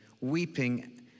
weeping